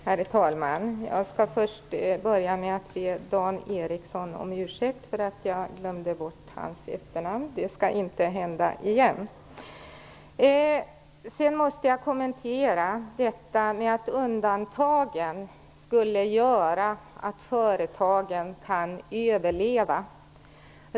Herr talman! Jag vill börja med att be Dan Ericsson om ursäkt för att jag glömde bort hans efternamn. Det skall inte hända igen. Sedan måste jag kommentera detta med att undantagen skulle göra att företagen kan överleva.